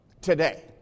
today